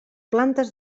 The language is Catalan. plantes